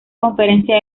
conferencia